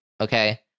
okay